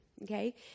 Okay